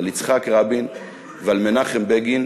על יצחק רבין ועל מנחם בגין,